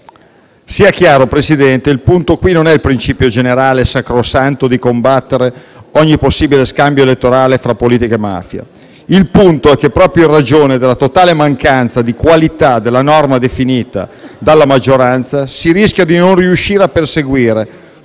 Sia chiaro, Presidente: il punto qui non è il principio generale, sacrosanto, di combattere ogni possibile scambio elettorale tra politica e mafia. Il punto è che, proprio in ragione della totale mancanza di qualità della norma definita dalla maggioranza, si rischia di non riuscire a perseguire